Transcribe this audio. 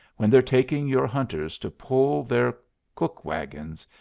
when they're taking your hunters to pull their cook-wagons,